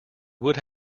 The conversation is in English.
would